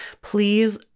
please